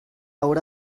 haurà